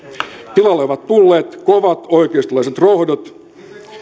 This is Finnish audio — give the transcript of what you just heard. tilalle ovat tulleet kovat oikeistolaiset rohdot